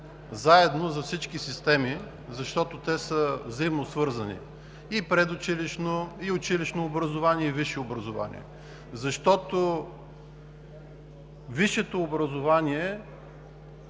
заедно за всички системи, защото те са взаимно свързани – и предучилищно, и училищно образование, и висше образование. Висшето образование